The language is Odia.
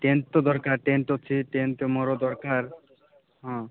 ଟେଣ୍ଟ୍ ତ ଦରକାର ଟେଣ୍ଟ୍ ଅଛି ଟେଣ୍ଟ୍ ତ ମୋର ଦରକାର ହଁ